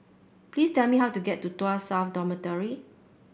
please tell me how to get to Tuas South Dormitory